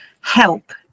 help